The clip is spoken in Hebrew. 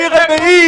שלישי ורביעי.